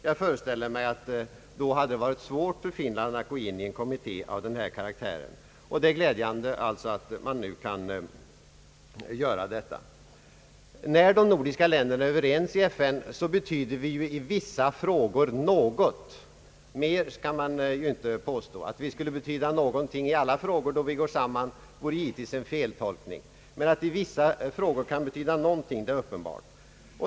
Jag föreställer mig att det då hade varit svårt för Finland att medverka i en kommitté av denna karaktär. Det är glädjande att Finland nu kan göra det. När de nordiska länderna är överens i FN, betyder vi ju i vissa frågor något. Mer kan man inte påstå. Att vi skulle betyda någonting i alla frågor då vi går samman vore givetvis en feltolkning, men att vi kan betyda något i vissa frågor är uppenbart.